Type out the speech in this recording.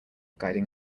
guiding